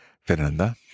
Fernanda